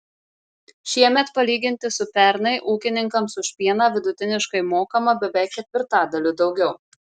šiemet palyginti su pernai ūkininkams už pieną vidutiniškai mokama beveik ketvirtadaliu daugiau